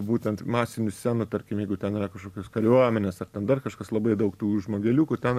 būtent masinių scenų tarkim jeigu ten yra kažkokios kariuomenės ar ten dar kažkas labai daug tų žmogeliukų ten